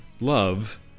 love